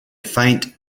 faint